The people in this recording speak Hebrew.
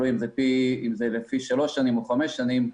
אם זה לפי שלוש שנים או חמש שנים,